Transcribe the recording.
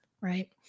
right